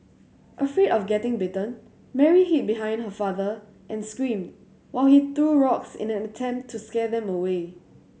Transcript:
afraid of getting bitten Mary hid behind her father and screamed while he threw rocks in an attempt to scare them away